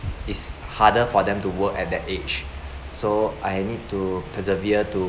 it's harder for them to work at that age so I need to persevere to